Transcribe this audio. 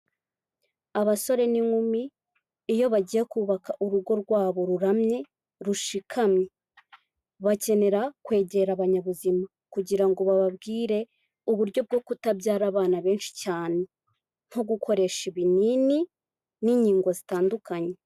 Abasore n'inkumi iyo bagiye kubaka urugo rwabo ruramye, rushikamye, bakenera kwegera abanyabuzima kugira ngo bababwire uburyo bwo kutabyara abana benshi cyane, nko gukoresha ibinini n'inkingo zitandukanye.